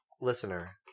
listener